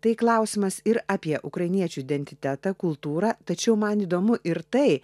tai klausimas ir apie ukrainiečių identitetą kultūrą tačiau man įdomu ir tai